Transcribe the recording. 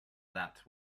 that